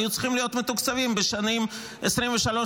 היו צריכות להיות מתוקצבות בשנים 2024-2023,